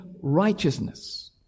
righteousness